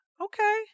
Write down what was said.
okay